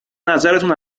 نظرتون